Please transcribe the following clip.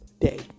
day